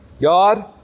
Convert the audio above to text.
God